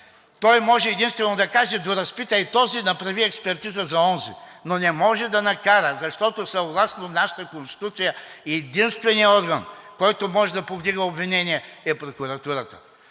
Той може единствено да каже – доразпитай този, направи експертиза за онзи, но не може да накара, защото съгласно нашата Конституция единственият орган, който може да повдига обвинения, е прокуратурата.